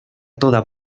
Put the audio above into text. toda